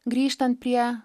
grįžtant prie